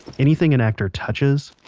anything an actor touches,